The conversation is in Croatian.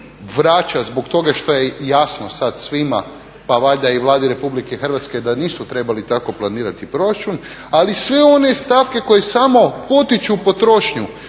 vraća zbog toga što je jasno sad svima pa valjda i Vladi Republike Hrvatske da nisu trebali tako planirati proračun, ali sve one stavke koje samo potiču potrošnju